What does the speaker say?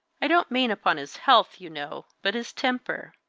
i don't mean upon his health, you know, but his temper.